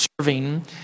serving